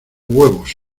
huevos